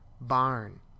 barn